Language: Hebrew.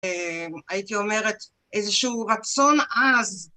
הייתי אומרת, איזשהו רצון אז